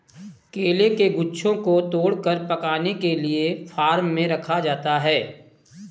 केले के गुच्छों को तोड़कर पकाने के लिए फार्म में रखा जाता है